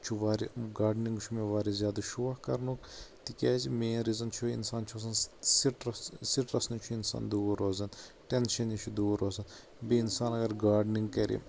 چھُ واریاہ گاڈننٛگ چھُ مےٚ واریاہ زیادٕ شوق کرنُک تِکیٛازِ مین ریٖزن چھُ انسان چھُ آسان سٕٹرس سٕٹرس نِش چھُ انسان دوٗر روزان ٹٮ۪نشن نِش چھُ دوٗر روزان بیٚیہِ انسان اگر گاڈننٛگ کرِ